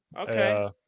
Okay